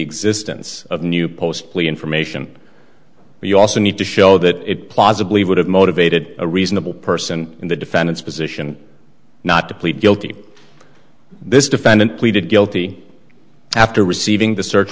existence of new post plea information we also need to show that it plausibly would have motivated a reasonable person in the defendant's position not to plead guilty this defendant pleaded guilty after receiving the search